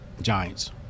Giants